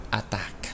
attack